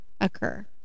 occur